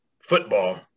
football